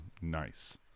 nice